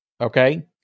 Okay